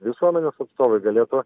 visuomenės atstovai galėtų